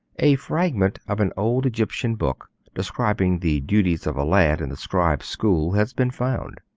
a fragment of an old egyptian book describing the duties of a lad in the scribes' school has been found.